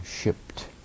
shipped